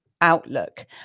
outlook